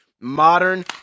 modern